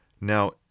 Now